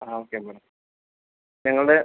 ആ okay madam ഞങ്ങളുടെ